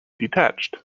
detached